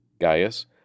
Gaius